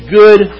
good